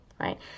right